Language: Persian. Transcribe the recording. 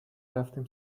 رفتیم